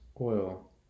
oil